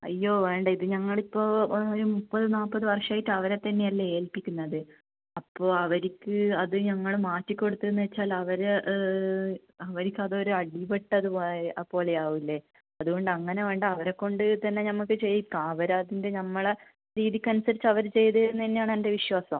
അയ്യോ വേണ്ട ഇത് ഞങ്ങൾ ഇപ്പോൾ ഒരു മുപ്പത് നാൽ പത് വർഷമായിട്ട് അവരെ തന്നെ അല്ലേ ഏൽപ്പിക്കുന്നത് അപ്പോൾ അവർക്ക് അത് ഞങ്ങൾ മാറ്റി കൊടുത്തു എന്ന് വച്ചാൽ അവർ അവർക്ക് അതൊരു അടി പെട്ടത് പോലെ ആവൂലേ അതുകൊണ്ട് അങ്ങനെ വേണ്ട അവരെ കൊണ്ട് തന്നെ ഞമ്മക്ക് ചെയ്യിക്കാം അവർ അതിൻ്റെ നമ്മളെ രീതിക്ക് അനുസരിച്ച് അവർ ചെയ്തേരുന്നെന്നആന്ന് എൻ്റെ വിശ്വാസം